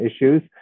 issues